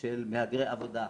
מהגרי עבודה.